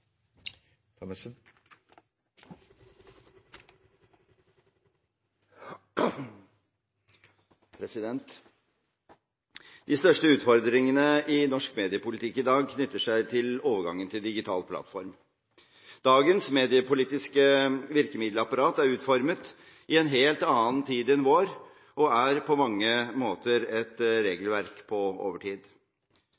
1 avsluttet. De største utfordringene i norsk mediepolitikk i dag knytter seg til overgangen til digital plattform. Dagens mediepolitiske virkemiddelapparat er utformet i en helt annen tid enn vår og er på mange måter et